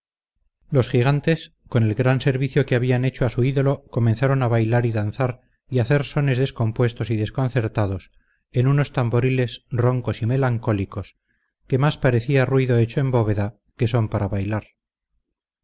los gigantes con el gran servicio que habían hecho a su ídolo comenzaron a bailar y danzar y hacer sones descompuestos y desconcertados en unos tamboriles roncos y melancólicos que más parecía ruido hecho en bóveda que son para bailar